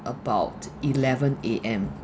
about eleven A_M